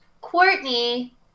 Courtney